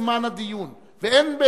נואם או